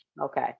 Okay